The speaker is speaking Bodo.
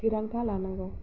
थिरांथा लानांगौ